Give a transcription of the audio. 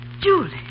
Julie